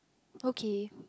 okay